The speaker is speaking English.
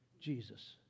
Jesus